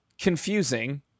confusing